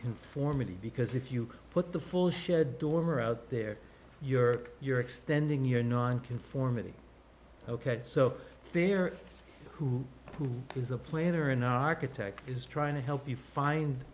conformity because if you put the full sched dormer out there you're you're extending your nonconformity ok so there who is a planner an architect is trying to help you find